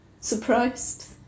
surprised